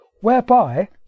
whereby